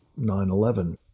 9-11